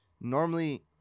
normally